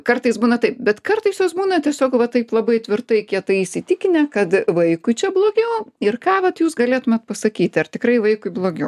kartais būna taip bet kartais jos būna tiesiog va taip labai tvirtai kietai įsitikinę kad vaikui čia blogiau ir ką vat jūs galėtumėt pasakyti ar tikrai vaikui blogiau